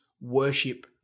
worship